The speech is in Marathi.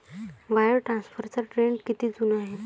वायर ट्रान्सफरचा ट्रेंड किती जुना आहे?